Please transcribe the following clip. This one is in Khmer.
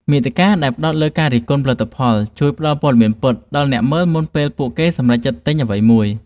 មាតិកាដែលផ្ដោតលើការរិះគន់ផលិតផល ជួយផ្តល់ព័ត៌មានពិតដល់អ្នកមើលមុនពេលពួកគេសម្រេចចិត្តទិញអ្វីមួយ។